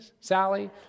Sally